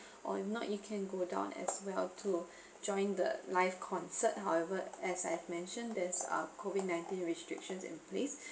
or if not you can go down as well to join the live concert however as I've mentioned there's uh COVID nineteen restrictions in place